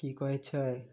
कि कहै छै